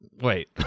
Wait